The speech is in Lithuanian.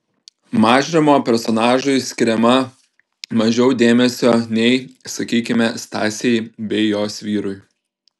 mažrimo personažui skiriama mažiau dėmesio nei sakykime stasei bei jos vyrui